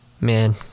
man